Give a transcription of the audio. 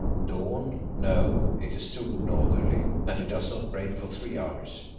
dawn no, it is too northerly, and it does not break for three hours.